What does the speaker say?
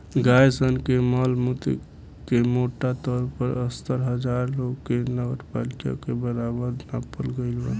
गाय सन के मल मूत्र के मोटा तौर पर सत्तर हजार लोग के नगरपालिका के बराबर नापल गईल बा